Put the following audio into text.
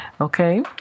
okay